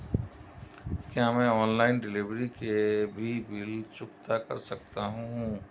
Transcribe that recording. क्या मैं online delivery के भी बिल चुकता कर सकता हूँ?